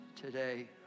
today